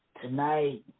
tonight